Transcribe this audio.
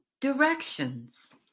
Directions